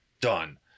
done